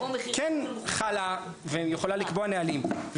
כן חלה ויכולה לקבוע נהלים.